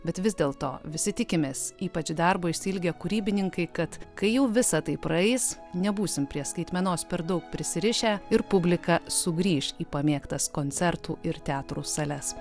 bet vis dėlto visi tikimės ypač darbo išsiilgę kūrybininkai kad kai jau visa tai praeis nebūsim prie skaitmenos per daug prisirišę ir publika sugrįš į pamėgtas koncertų ir teatrų sales